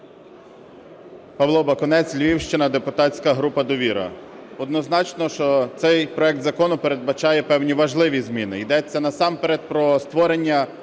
Павло Бакунець, Львівщина, депутатська група "Довіра". Однозначно, що цей проект закону передбачає певні важливі зміни. Йдеться насамперед про створення